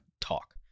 talk